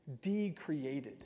decreated